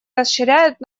расширяет